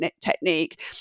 technique